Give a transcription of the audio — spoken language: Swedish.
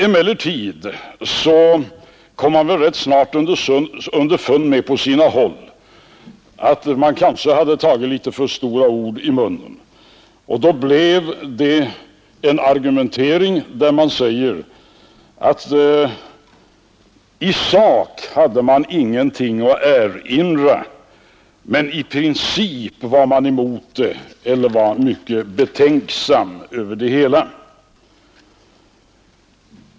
Emellertid kom man rätt snart på sina håll underfund med att man kanske hade tagit för stora ord i sin mun. Den argumentering man förde gick då i stället ut på att man i sak inte hade någonting att erinra men i princip var emot eller var mycket betänksam inför åtgärden i fråga.